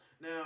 Now